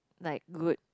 like good